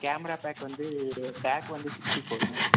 camera bag வந்து bag வந்து sixty ஃபோர்ங்க